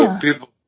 People